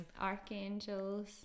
archangels